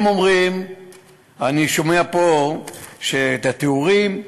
אני שומע פה את התיאורים,